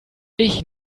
ich